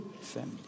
family